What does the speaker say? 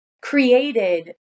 created